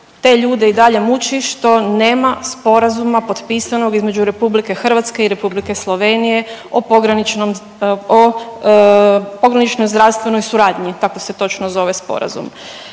te ljude i dalje muči što nema sporazuma potpisanog između RH i Republike Slovenije o pograničnom, o pogranično zdravstvenoj suradnji tako se točno zove sporazum.